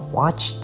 watch